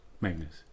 Magnus